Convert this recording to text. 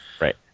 right